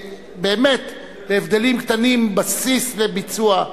באמת, בהבדלים קטנים, בסיס לביצוע.